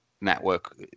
network